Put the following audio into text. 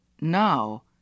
Now